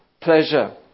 pleasure